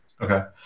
okay